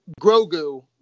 Grogu